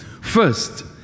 First